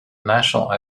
national